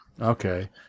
Okay